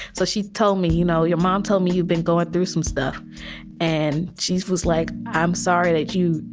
so she told me, you know, your mom told me you've been going through some stuff and she's was like, i'm sorry that you,